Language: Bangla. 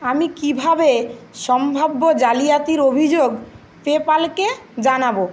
আমি কীভাবে সম্ভাব্য জালিয়াতির অভিযোগ পেপ্যাল কে জানাব